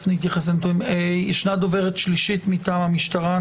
יש דוברת שלישית מטעם המשטרה,